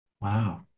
Wow